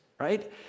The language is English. right